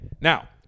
Now